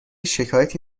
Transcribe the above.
شکایتی